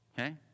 okay